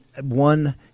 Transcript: one